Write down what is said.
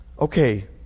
Okay